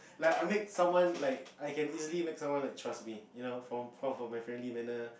like I make someone like I can easily make someone like trust me you know from from from my friendly manner